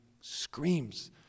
screams